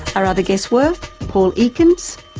our other guests were paul ekins,